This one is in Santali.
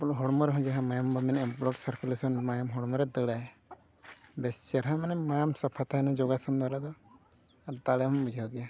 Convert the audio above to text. ᱦᱚᱲᱢᱚ ᱨᱮᱦᱚᱸ ᱡᱟᱦᱟᱸ ᱢᱟᱭᱟᱢᱵᱚ ᱢᱮᱱᱮᱫᱼᱟ ᱢᱟᱭᱟᱢ ᱦᱚᱲᱢᱚᱨᱮ ᱫᱟᱹᱲᱟᱭ ᱵᱮᱥ ᱪᱮᱨᱦᱟ ᱢᱟᱱᱮ ᱢᱟᱭᱟᱢ ᱥᱟᱯᱷᱟ ᱛᱟᱦᱮᱱᱟ ᱡᱳᱜᱟᱥᱚᱱ ᱫᱚᱣᱟᱨᱟ ᱫᱚ ᱟᱨ ᱫᱟᱲᱮ ᱦᱚᱢ ᱵᱩᱡᱷᱟᱹᱣ ᱜᱮᱭᱟ